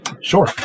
Sure